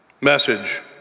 Message